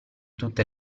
tutte